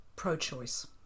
pro-choice